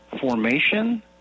formation